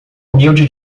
humilde